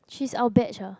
she's our batch ah